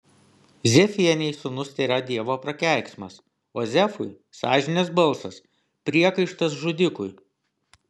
zefienei sūnus tėra dievo prakeiksmas o zefui sąžinės balsas priekaištas žudikui